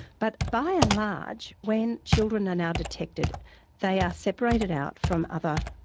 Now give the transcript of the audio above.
but by and large when children are now detected they are separated out from other,